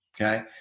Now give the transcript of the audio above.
okay